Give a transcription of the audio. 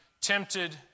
tempted